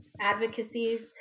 advocacies